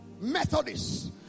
Methodist